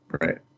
right